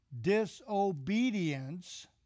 disobedience